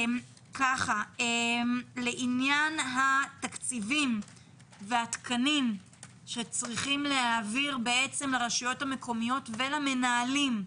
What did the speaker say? לעניין התקציבים והתקנים שצריכים להעביר לרשויות המקומיות ולמנהלים,